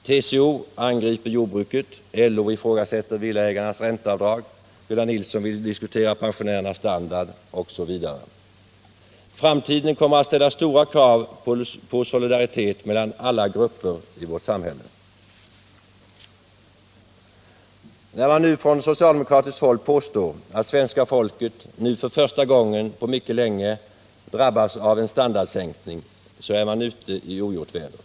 TCO angriper jordbruket, LO ifrågasätter villaägarnas ränteavdrag, Gunnar Nilsson vill diskutera pensionärernas standard osv. Framtiden kommer att ställa stora krav på solidaritet mellan alla grupper i vårt samhälle. När man från socialdemokratiskt håll påstår att svenska folket nu för första gången på mycket länge drabbas av en standardsänkning, så är man ute i ogjort väder.